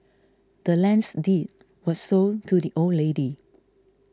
the land's deed was sold to the old lady